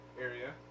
area